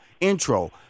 intro